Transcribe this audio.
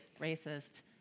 racist